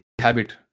habit